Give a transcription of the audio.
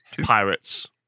pirates